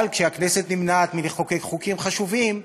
אבל כשהכנסת נמנעת מלחוקק חוקים חשובים,